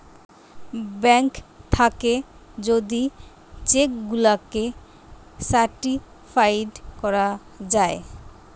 bank থাকে যদি cheque গুলাকে সার্টিফাইড করা যায়